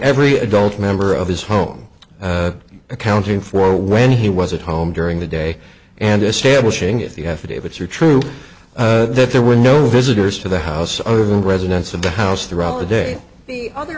every adult member of his home accounting for when he was at home during the day and establishing if you have today but your true that there were no visitors to the house other than residents of the house throughout the day the other